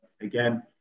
again